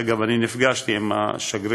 אגב, אני נפגשתי עם השגריר